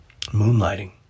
Moonlighting